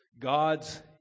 God's